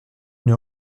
une